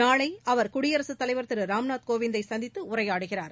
நாளை அவர் குடியரசுத் தலைவர் திரு ராம்நாத் கோவிந்தை சந்தித்து உரையாடுகிறார்